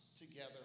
together